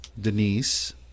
Denise